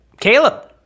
Caleb